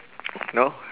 know